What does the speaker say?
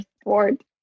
sport